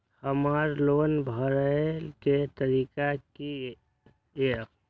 हमर लोन भरय के तारीख की ये?